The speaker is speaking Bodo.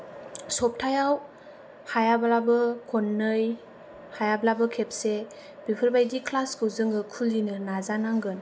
सप्तायाव हायाब्लाबो खननै हायाब्लाबो खेबसे बिफोरबादि क्लासखौ जोङो खुलिनो नाजानांगोन